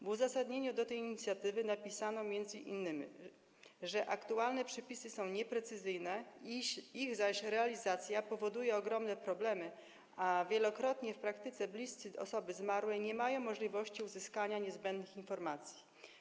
W uzasadnieniu tej inicjatywy napisano m.in., że aktualne przepisy są nieprecyzyjne, zaś ich realizacja powoduje ogromne problemy, a wielokrotnie w praktyce bliscy osoby zmarłej nie mają możliwości uzyskania niezbędnych informacji.